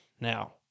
now